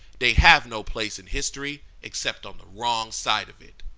they have no place in history except on the wrong side of it.